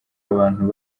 abantu